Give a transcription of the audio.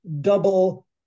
double